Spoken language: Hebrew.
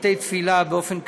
בתי-תפילה באופן כללי,